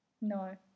No